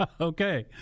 Okay